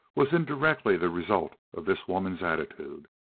was indirectly the result of this woman's attitude.